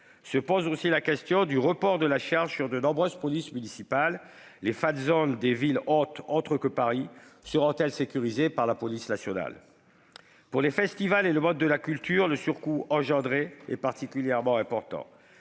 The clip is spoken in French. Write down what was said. Se pose aussi la question du report de charge sur de nombreuses polices municipales : les fan zones des villes hôtes autres que Paris seront-elles sécurisées par la police nationale ? Pour les festivals et le monde de la culture, la dépense supplémentaire est particulièrement importante.